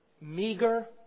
meager